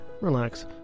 relax